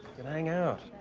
hang out.